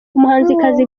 umuhanzikazi